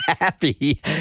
happy